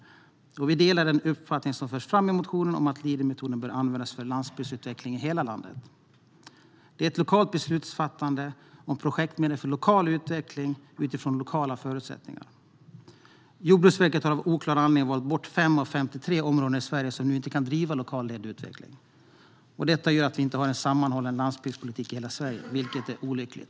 Vi delar den uppfattning som förs fram i motionen om att Leadermetoden bör användas för landsbygdsutveckling i hela landet. Det är ett lokalt beslutsfattande om projektmedel för lokal utveckling utifrån lokala förutsättningar. Jordbruksverket har av oklar anledning valt bort 5 av 53 områden i Sverige som nu inte kan driva lokalt ledd utveckling. Detta gör att vi inte har en sammanhållen landsbygdspolitik i hela Sverige, vilket är olyckligt.